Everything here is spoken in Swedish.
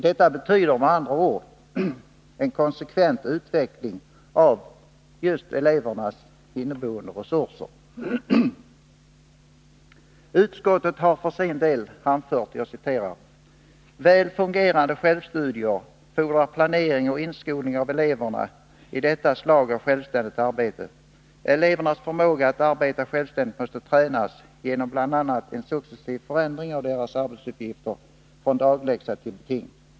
Detta betyder med andra ord en konsekvent utveckling av elevernas inneboende resurser. Utskottet har för sin del anfört: ”Väl fungerande självstudier fordrar planering och inskolning av eleverna idetta slag av självständigt arbete. Elevernas förmåga att arbeta självständigt måste tränas genom bl.a. en successiv förändring av deras arbetsuppgifter från dagläxa, över långläxa till beting.